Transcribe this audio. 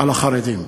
על החרדים.